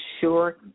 sure